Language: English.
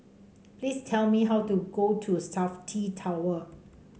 please tell me how to go to Safti Tower